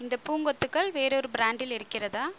இந்தப் பூங்கொத்துகள் வேறொரு பிராண்டில் இருக்கிறதா